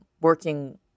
working